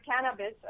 cannabis